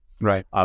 Right